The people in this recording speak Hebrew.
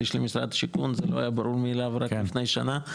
שליש למשרד השיכון זה לא היה ברור מאליו רק לפני שנה,